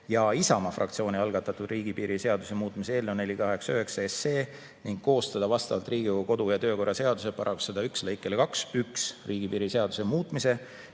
ja Isamaa fraktsiooni algatatud riigipiiri seaduse muutmise eelnõu 489 ning koostada vastavalt Riigikogu kodu‑ ja töökorra seaduse § 101 lõikele 21riigipiiri seaduse muutmise